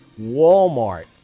Walmart